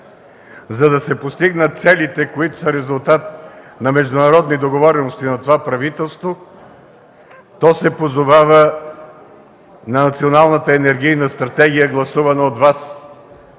За да се постигнат целите, които са резултат от международни договорености на това правителство, то се позовава на Националната енергийна стратегия, гласувана от Вас.